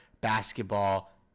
basketball